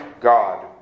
God